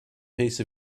piece